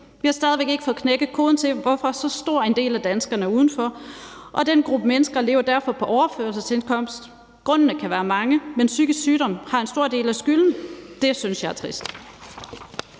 Vi har stadig væk ikke fået knækket koden til, hvorfor så stor en del af danskerne er uden for, og den gruppe mennesker lever derfor på overførselsindkomst. Grundene kan være mange, men psykisk sygdom har en stor del af skylden. Det synes jeg er trist.